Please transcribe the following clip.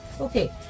Okay